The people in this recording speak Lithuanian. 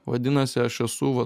vadinasi aš esu va